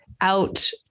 out